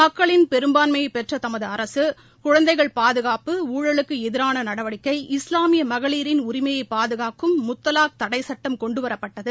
மக்களின் பெரும்பான்மயை பெற்ற தமது அரசு குழந்தைகள் பாதுகாப்பு ஊழலுக்கு எதிரான நடவடிக்கை இஸ்லாமிய மகளிரின் உரிமையை பாதுகாக்கும் முத்தவாக் தடைச்சட்டம் கொண்டுவரப்பட்டது